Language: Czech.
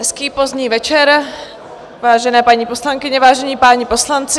Hezký pozdní večer, vážené paní poslankyně, vážení páni poslanci.